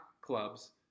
clubs